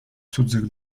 cudzych